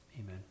amen